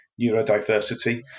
neurodiversity